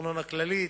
ארנונה כללית,